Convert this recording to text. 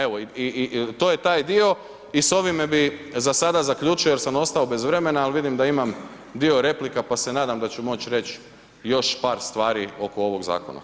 Evo to je taj dio i s ovime bi za sada zaključio jer sam ostao bez vremena ali vidim da imam dio replika pa se nadam da ću moći reći još par stvari oko ovog zakona.